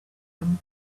him